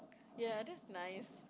ya that's nice